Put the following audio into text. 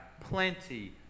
plenty